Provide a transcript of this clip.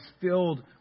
filled